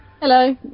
Hello